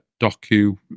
Doku